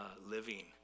living